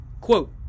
quote